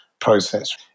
process